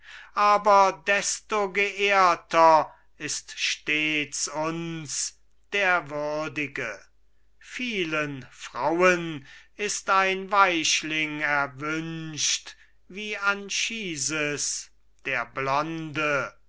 aber desto geehrter ist stets uns der würdige vielen frauen ist ein weichling erwünscht wie anchises der blonde